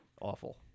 awful